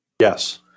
Yes